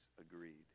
agreed